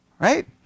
Right